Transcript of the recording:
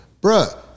bruh